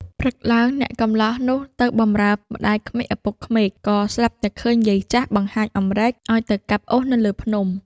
ព្រឹកឡើង អ្នកកម្លោះនោះទៅបម្រើម្តាយក្មេកឪពុកក្មេក ក៏ស្រាប់តែឃើញយាយចាស់ បង្ហាញអំរែកឲ្យទៅកាប់អុសនៅលើភ្នំ។